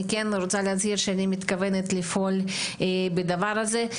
כן רוצה להצהיר שאני מתכוונת לפעול בדבר הזה.